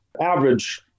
average